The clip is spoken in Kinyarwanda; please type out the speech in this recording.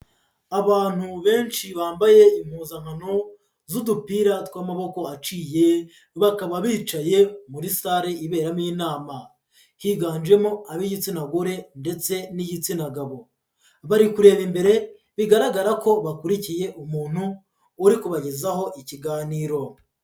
Abantu benshi bambaye impuzankano z'udupira tw'amaboko aciye, bakaba bicaye muri sale iberamo inama, higanjemo ab'igitsina gore ndetse n'igitsina gabo, bari kureba imbere bigaragara ko bakurikiye umuntu uri kubagezaho ikiganiro.